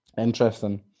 interesting